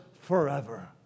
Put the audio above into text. forever